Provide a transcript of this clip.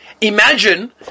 imagine